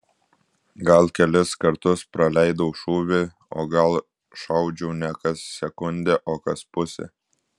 gal kelis kartus praleidau šūvį o gal šaudžiau ne kas sekundę o kas pusę